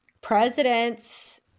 presidents